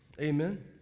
Amen